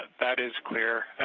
that is clear.